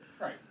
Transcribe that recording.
Right